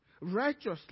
Righteously